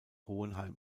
hohenheim